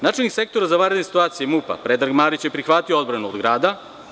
Načelnik sektora za vanredne situacije MUP-a, Predrag Marić, prihvatio je odbranu od grada.